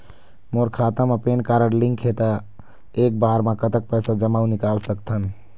मोर खाता मा PAN card link हे ता एक बार मा कतक पैसा जमा अऊ निकाल सकथन?